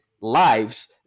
lives